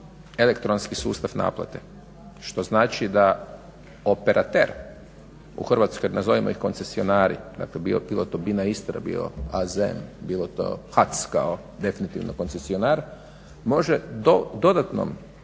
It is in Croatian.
elektronski sustav naplate što znači da operater u Hrvatskoj, nazovimo ih koncesionari dakle bila to Bina-Istra, bio AZN, bilo to HAC kao definitivno koncesionar može dodatnom